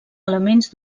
elements